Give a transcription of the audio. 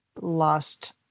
lost